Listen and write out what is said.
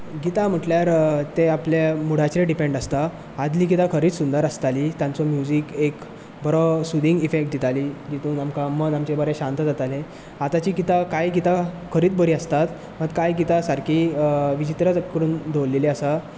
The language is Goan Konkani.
गितां म्हणटल्यार ते आपल्या मुडाचेर डिपेंड आसता आदलीं गितां खरेंच सुंदर आसताली तांचो म्युजीक एक बरो सुथीग इफॅक्ट दितालीं तितून मन आमचें शांत जातालें आतांची गितां कांय गितां खरेंच बरी आसतात कांय गितां सारकी विचित्रूच करून दवरलेली आसा